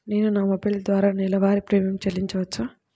నేను నా మొబైల్ ద్వారా నెలవారీ ప్రీమియం చెల్లించవచ్చా?